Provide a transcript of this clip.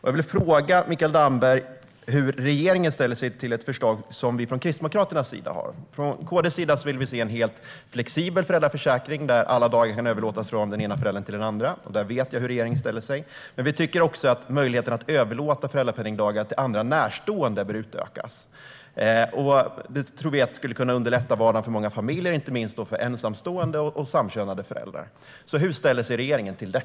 Jag vill fråga Mikael Damberg hur regeringen ställer sig till ett av Kristdemokraternas förslag. Vi vill se en helt flexibel föräldraförsäkring, där alla dagar kan överlåtas från den ena föräldern till den andra. Jag vet hur regeringen ställer sig i den frågan. Men vi tycker också att möjligheten att överlåta föräldrapenningdagar till andra närstående bör utökas. Det skulle kunna underlätta vardagen för många familjer, inte minst för ensamstående och samkönade föräldrar. Hur ställer sig regeringen till det?